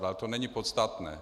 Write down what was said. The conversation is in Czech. Ale to není podstatné.